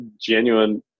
genuine